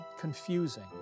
confusing